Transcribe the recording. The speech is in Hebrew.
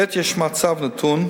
כעת יש מצב נתון,